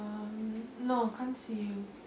uh no can't see you